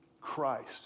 Christ